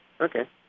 Okay